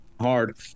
hard